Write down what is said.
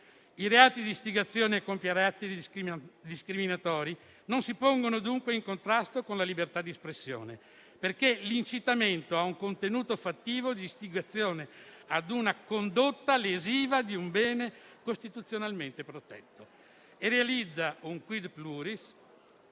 I reati di istigazione a compiere atti discriminatori non si pongono dunque in contrasto con la libertà di espressione, perché «l'incitamento ha un contenuto fattivo di istigazione ad una condotta, quanto meno intesa come comportamento generale, e realizza un *quid pluris*